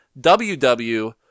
WW